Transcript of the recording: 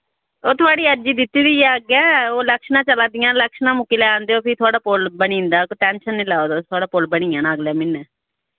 ओह् थुआढ़ी अर्जी दित्ती दी ऐ अग्गै ओह् लैक्शनां चला दियां न लैक्शनां मुक्की लैन देओ फ्ही थुआढ़ा पुल बनी जंदा टैंशन निं लैओ तुस थुआढ़ा पुल बनी जाना अगलै म्हीनै